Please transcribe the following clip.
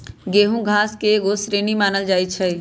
गेहूम घास के एगो श्रेणी मानल जाइ छै